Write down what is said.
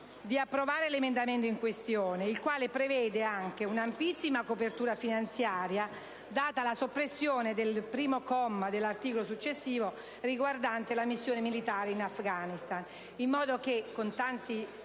di approvare l'emendamento in questione, il quale prevede anche una ampissima copertura finanziaria data dalla soppressione del comma 1 del successivo articolo, riguardante la missione militare in Afghanistan, in modo che con tanti